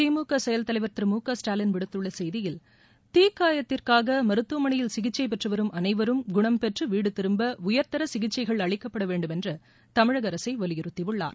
திமுக செயல் தலைவர் திரு மு க ஸ்டாலின் விடுத்துள்ள செய்தியில் தீக்காயத்திற்காக மருத்துவமனையில் சிகிச்சை பெற்று வரும் அனைவரும் குணம் பெற்று வீடு திரும்ப உயர்தர சிகிச்சைகள் அளிக்கப்பட வேண்டும் என்று தமிழக அரசை வலியுறுத்தியுள்ளார்